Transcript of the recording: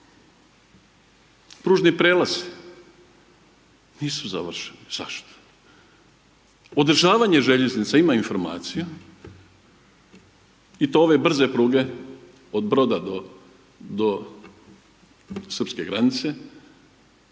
Pružni prijelazi nisu završeni, zašto, održavanje željeznice ima informacija i to ove brze pruge od Broda do srpske granice